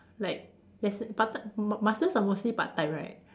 like yes part t~ masters are mostly part time right